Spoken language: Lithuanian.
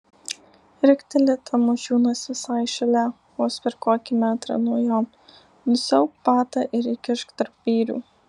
rikteli tamošiūnas visai šalia vos per kokį metrą nuo jo nusiauk batą ir įkišk tarp vyrių